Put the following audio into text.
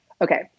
okay